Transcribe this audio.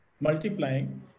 multiplying